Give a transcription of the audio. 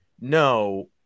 no